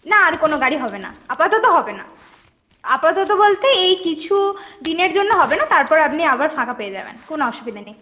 না আর কোনো গাড়ি হবে না আপাতত হবে না আপাতত বলতে এই কিছুদিনের জন্য হবে না তারপরে আপনি আবার ফাঁকা পেয়ে যাবেন কোনো অসুবিধা নেই